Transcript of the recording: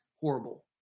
horrible